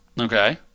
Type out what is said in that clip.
Okay